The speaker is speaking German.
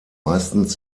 meistens